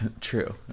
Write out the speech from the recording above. True